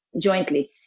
jointly